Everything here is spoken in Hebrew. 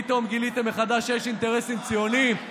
פתאום גיליתם מחדש שיש אינטרסים ציוניים.